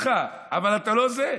אני אומר לו: אני מקבל אותך, אבל אתה לא זה.